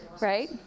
Right